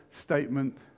statement